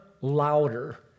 louder